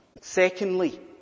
Secondly